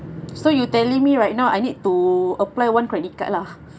so you telling me right now I need to apply one credit card lah